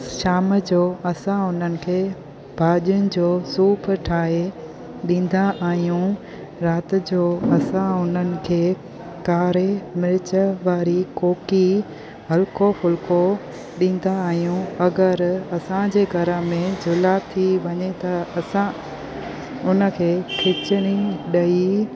शाम जो असां उन्हनि खे भाॼियुनि जो सूप ठाहे ॾींदा आहियूं राति जो असां उन्हनि खे कारे मिर्च वारी कोकी हलको फुलको ॾींदा आहियूं अगरि असांजे घर में जुलाबु थी वञे त असां उन खे खिचड़ी ॾही